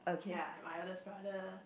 ya my eldest brother